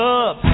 up